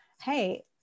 hey